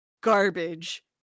garbage